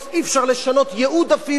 אי-אפשר לשנות ייעוד אפילו,